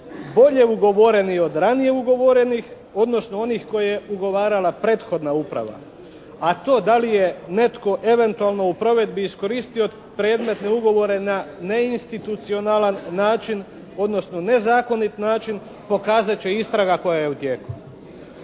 bolje ugovoreni od ranije ugovorenih, odnosno onih koje je ugovarala prethodna uprava, a to da li je netko eventualno u provedbi iskoristio predmetne ugovore na neinstitucionalan način, odnosno nezakonit način pokazat će istraga koja je u tijeku.